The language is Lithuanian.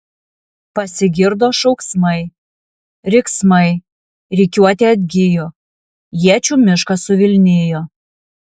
pasigirdo šauksmai riksmai rikiuotė atgijo iečių miškas suvilnijo